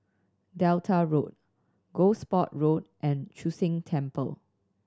Delta Road Gosport Road and Chu Sheng Temple